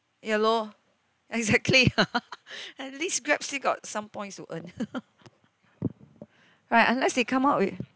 ya lor exactly at least grab still got some points to earn right unless they come up with